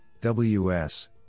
WS